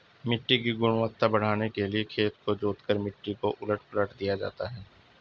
मिट्टी की गुणवत्ता बढ़ाने के लिए खेत को जोतकर मिट्टी को उलट पलट दिया जाता है